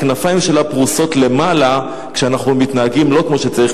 הכנפיים שלה פרוסות למעלה כשאנחנו מתנהגים לא כמו שצריך,